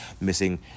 missing